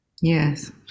Yes